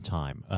time